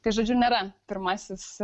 tai žodžiu nėra pirmasis